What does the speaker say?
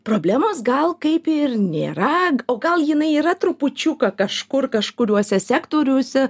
problemos gal kaip ir nėra o gal jinai yra trupučiuką kažkur kažkuriuose sektoriuose